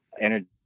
energy